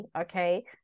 okay